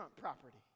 property